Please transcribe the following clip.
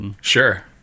Sure